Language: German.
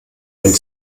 wenn